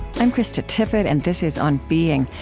i'm krista tippett, and this is on being.